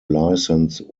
licence